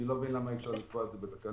אני לא מבין למה אי אפשר לקבוע את זה בתקנות.